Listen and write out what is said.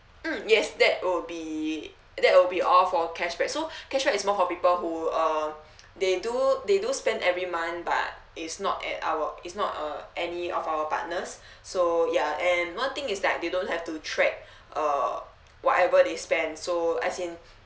mm yes that will be that will be all for cashback so cashback is more for people who uh they do they do spend every month but it's not at our is not uh any of our partners so ya and one thing is that they don't have to track uh whatever they spend so as in